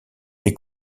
les